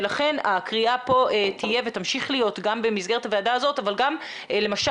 ולכן הקריאה פה תהיה ותמשיך להיות גם במסגרת הוועדה הזאת אבל גם למשל